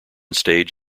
stage